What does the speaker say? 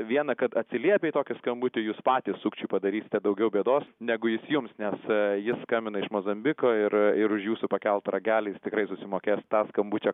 viena kad atsiliepę į tokį skambutį jūs patys sukčiui padarysite daugiau bėdos negu jis jums nes jis skambina iš mozambiko ir ir už jūsų pakeltą ragelį jis tikrai susimokės tą skambučio